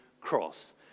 cross